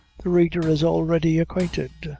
the reader is already acquainted.